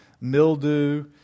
mildew